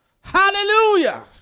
Hallelujah